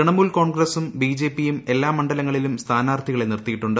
തൃണമൂൽ കോൺഗ്രസും ബിജെപിയും എല്ലാ മണ്ഡലങ്ങളിലും സ്ഥാനാർഥികളെ നിർത്തിയിട്ടുണ്ട്